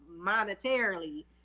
monetarily